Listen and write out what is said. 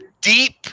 deep